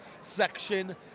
section